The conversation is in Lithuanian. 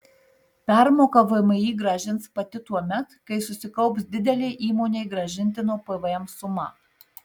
permoką vmi grąžins pati tuomet kai susikaups didelė įmonei grąžintino pvm suma